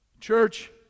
Church